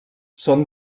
són